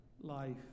life